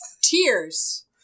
Tears